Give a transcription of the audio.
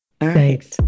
Thanks